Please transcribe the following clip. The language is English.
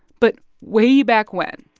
but way back when.